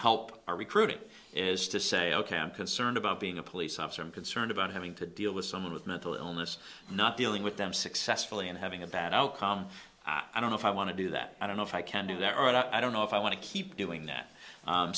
help our recruiting is to say ok i'm concerned about being a police officer i'm concerned about having to deal with someone with mental illness not dealing with them successfully and having a bad outcome i don't know if i want to do that i don't know if i can do that i don't know if i want to keep doing that